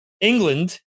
england